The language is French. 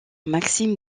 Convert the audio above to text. maxime